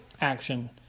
action